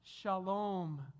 shalom